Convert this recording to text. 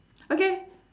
okay